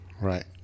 right